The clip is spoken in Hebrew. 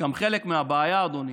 גם חלק מהבעיה, אדוני,